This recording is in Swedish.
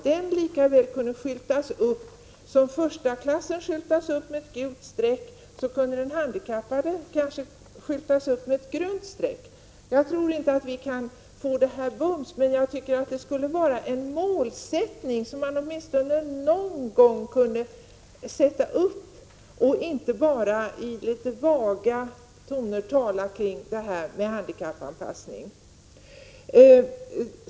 Den kunde märkas med ett grönt streck, lika väl som förstaklassvagnen märks med ett gult streck. Jagtror inte att vi kan genomföra detta bums. Men jag tycker att det skulle vara en målsättning, i stället för att man bara i vaga ordalag talar om detta med handikappanpassning.